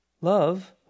love